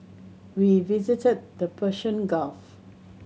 we visited the Persian Gulf